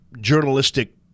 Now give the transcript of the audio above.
journalistic